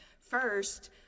First